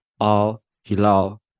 Al-Hilal